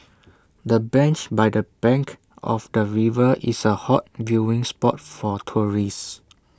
the bench by the bank of the river is A hot viewing spot for tourists